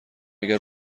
اگر